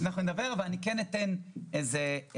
אבל אני כן אתייחס בקצרה.